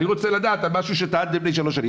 אני רוצה לדעת על משהו שטענתם לפני שלוש שנים,